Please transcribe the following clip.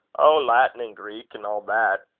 oh! latin and greek, and all that.